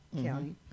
county